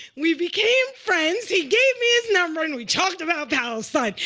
we became friends, he gave me his number and we talked about palestine.